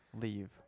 Leave